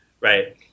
Right